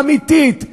אמיתית,